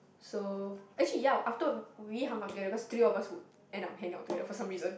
so actually ya after we hung out together because three of us would end up hang out together for some reason